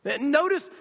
Notice